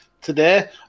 today